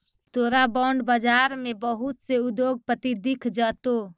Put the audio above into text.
तोरा बॉन्ड बाजार में बहुत से उद्योगपति दिख जतो